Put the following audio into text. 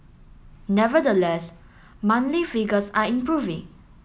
nevertheless monthly figures are improving